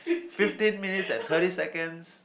fifteen minutes and thirty seconds